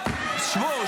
שבו.